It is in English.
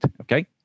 Okay